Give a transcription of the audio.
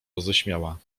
roześmiała